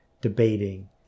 debating